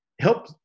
help